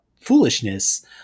foolishness